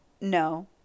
No